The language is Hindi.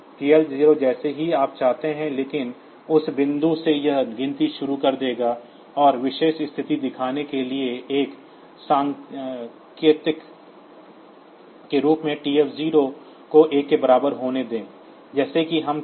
TL0 जैसा कि आप चाहते हैं लेकिन उस बिंदु से यह गिनती शुरू कर देगा और विशेष स्थिति दिखाने के लिए एक संकेतक के रूप में TF 0 को 1 के बराबर होने दें जैसे कि हम कहते हैं कि